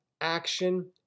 action